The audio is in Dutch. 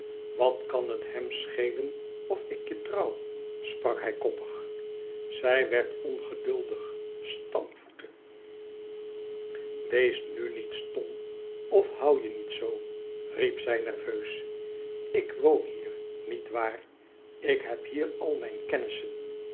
wat kan het hem schelen of ik je trouw sprak hij koppig zij werd ongeduldig stampvoette e ids aargang ees nu niet stom of hoû je niet zoo riep zij nerveus ik woon hier niet waar ik heb hier al mijn kennissen